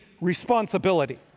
responsibility